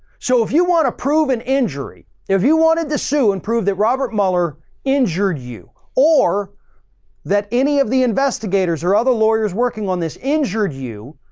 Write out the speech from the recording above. so if you want to prove an injury, if you wanted to sue and prove that robert mueller injured you or that any of the investigators or other lawyers working on this injured you,